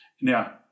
Now